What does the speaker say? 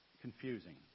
confusing